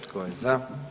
Tko je za?